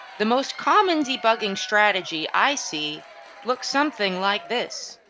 the most common debugging strategy i see looks something like this,